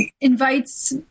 invites